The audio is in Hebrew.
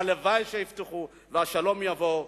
הלוואי שיפתחו, והשלום יבוא.